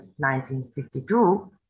1952